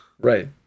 Right